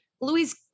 Louise